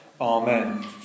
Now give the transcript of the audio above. Amen